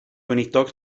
gweinidog